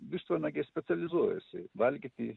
vištvanagiai specializuojasi valgyti